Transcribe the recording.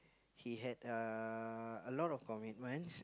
he had uh a lot of commitments